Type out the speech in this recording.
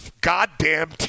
goddamn